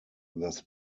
this